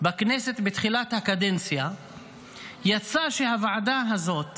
בכנסת בתחילת הקדנציה יצא שהוועדה הזאת